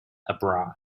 abroad